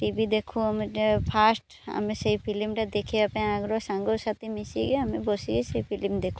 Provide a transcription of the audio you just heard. TV ଦେଖୁ ଆମେ first ଆମେ ସେଇ ଫିଲିମଟା ଦେଖିବା ପାଇଁ ଆଗେ ସାଙ୍ଗସାଥି ମିଶିକି ଆମେ ବସିକି ସେଇ ଫିଲିମ ଦେଖୁ